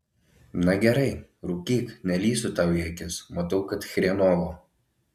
na gerai rūkyk nelįsiu tau į akis matau kad chrenovo